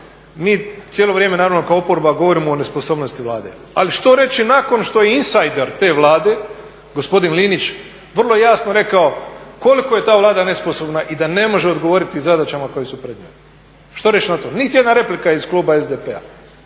mi cijelo vrijeme, naravno, kao oporba govorimo o nesposobnosti Vlade, ali što reći nakon što … te Vlade, gospodin Linić vrlo jasno rekao koliko je ta Vlada nesposobna i da ne može odgovoriti zadaćama koje su …. Što reći na to? Niti jedna replika iz kluba SDP-a